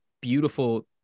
beautiful